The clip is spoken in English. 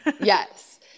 Yes